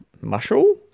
Muscle